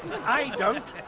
i don't.